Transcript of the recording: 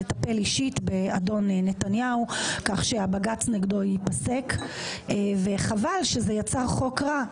לטפל אישית באדון נתניהו כך שהבג"צ נגדו ייפסק וחבל שזה יצר חוק רע.